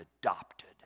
adopted